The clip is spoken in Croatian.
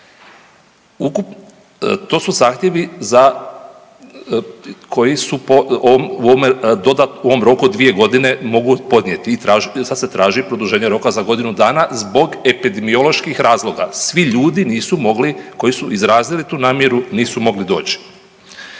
To su zahtjevi koji su ovom roku od 2 godine mogu podnijeti i sad se traži produženje roka za godinu dana zbog epidemioloških razloga. Svi ljudi nisu mogli koji su izrazili tu namjeru, nisu mogli doći.